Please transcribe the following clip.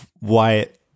Wyatt